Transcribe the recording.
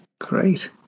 Great